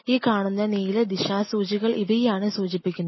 ഈ കാണുന്ന നീല ദിശാസൂചികൾ ഇവയെയാണ് സൂചിപ്പിക്കുന്നത്